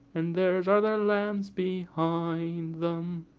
and there are their lambs behind them.